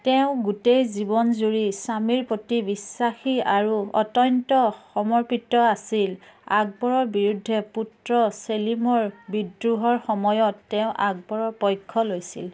তেওঁ গোটেই জীৱন জুৰি স্বামীৰ প্ৰতি বিশ্বাসী আৰু অত্যন্ত সমৰ্পিত আছিল আকবৰৰ বিৰুদ্ধে পুত্ৰ চেলিমৰ বিদ্ৰোহৰ সময়ত তেওঁ আকবৰৰ পক্ষ লৈছিল